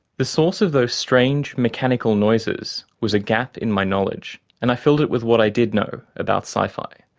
the source of those strange mechanical noises was a gap in my knowledge, and i filled it with what i did know about sci fi.